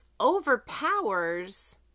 overpowers